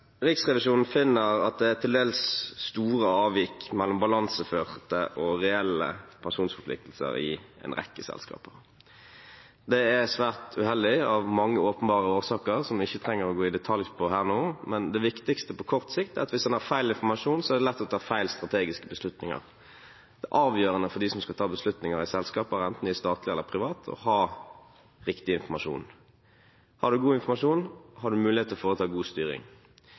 Riksrevisjonen finner at det er til dels store avvik mellom balanseførte og reelle pensjonsforpliktelser i en rekke selskaper. Det er svært uheldig av mange åpenbare årsaker som vi ikke trenger å gå i detalj på her og nå. Men det viktigste på kort sikt er at hvis en har feil informasjon, er det lett å ta feil strategiske beslutninger. Det er avgjørende for dem som skal ta beslutninger i selskaper, enten de er statlige eller private, å ha riktig informasjon. Har man god informasjon, har man muligheter for å ta god styring.